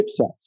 chipsets